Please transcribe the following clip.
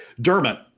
Dermot